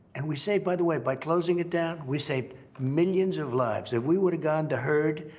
and we saved by the way, by closing it down, we saved millions of lives. if we would've gone to herd.